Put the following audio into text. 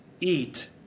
eat